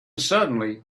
suddenly